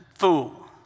Fool